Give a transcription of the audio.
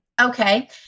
Okay